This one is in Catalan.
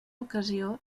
ocasió